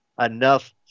enough